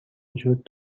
وجود